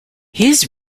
his